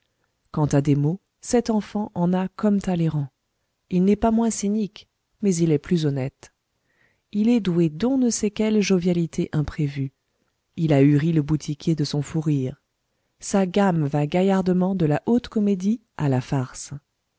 quant à des mots cet enfant en a comme talleyrand il n'est pas moins cynique mais il est plus honnête il est doué d'on ne sait quelle jovialité imprévue il ahurit le boutiquier de son fou rire sa gamme va gaillardement de la haute comédie à la farce